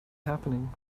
happening